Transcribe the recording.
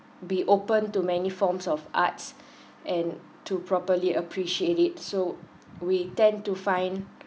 be open to many forms of arts and to properly appreciate it so we tend to find